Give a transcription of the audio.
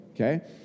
okay